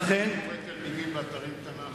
הייתי מוסיף ביקורי תלמידים באתרים תנ"כיים.